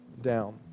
down